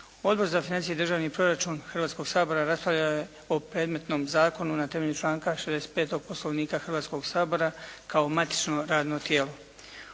Odbor za financije i državni proračun Hrvatskog sabora raspravljao je o predmetnom zakonu na temelju članka 65. Poslovnika Hrvatskog sabora kao matično radno tijelo.